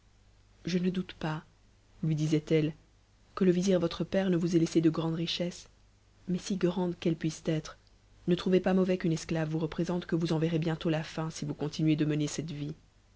je ne doute pas lui disait-elle que le vizir votre père ne vous laissé de grandes richesses mais si grandes qu'elles puissent être ne n'ouvez pas mauvais qu'une esclave vous représente que vous en verrez bientôt la fin si vous continuez de mener cette vie